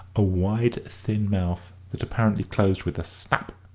a wide, thin mouth that apparently closed with a snap,